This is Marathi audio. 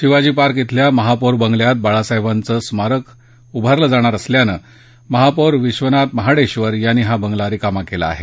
शिवाजी पार्क इथल्या महापौर बंगल्यात बाळासाहेबांचं स्मारक उभारलं जाणार असल्यान महापौर विश्वनाथ महाडेश्वर यांनी हा बंगला रिकामा केला आहे